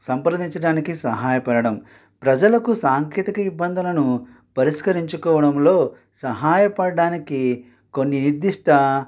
సంప్రదించటానికి సహాయపడటం ప్రజలకు సాంకేతిక ఇబ్బందులను పరిష్కరించుకోవడంలో సహాయపడడానికి కొన్ని నిర్దిష్ట